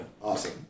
Awesome